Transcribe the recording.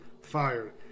fired